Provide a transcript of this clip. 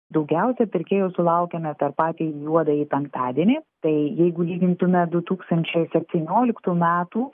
daugiausia pirkėjų sulaukiame per patį juodąjį penktadienį tai jeigu lygintume du tūkstančiai septynioliktų metų